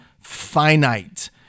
finite